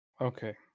okay